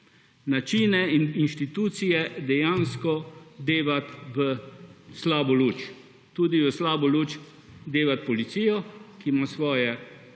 načine in inštitucije dejansko dajati v slabo luč, tudi v slabo luč dejati policijo, ki ima svoje